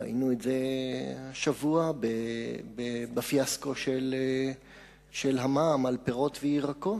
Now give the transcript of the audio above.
ראינו את זה השבוע בפיאסקו של המע"מ על פירות וירקות.